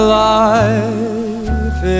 life